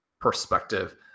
perspective